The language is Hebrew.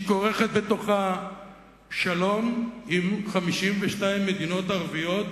והיא כורכת בתוכה שלום עם 52 מדינות ערביות